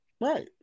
Right